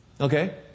Okay